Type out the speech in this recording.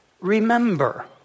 remember